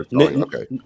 okay